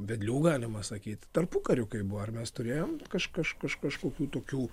vedlių galima sakyt tarpukariu kai buvo ar mes turėjom kaž kaž kaž kažkokių tokių